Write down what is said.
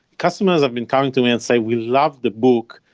customers have been coming to me and say, we love the book.